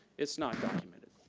it's not documented.